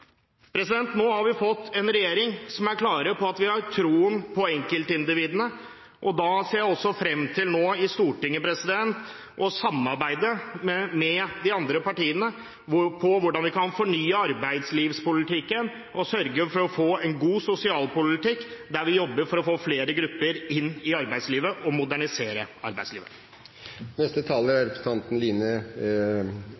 Nå har vi fått en regjering som er klar på at den har troen på enkeltindividet, og jeg ser også frem til å samarbeide med de andre partiene i Stortinget om hvordan vi kan fornye arbeidslivspolitikken og sørge for å få en god sosialpolitikk, som jobber for å få flere grupper inn i arbeidslivet og for å modernisere arbeidslivet. Norge er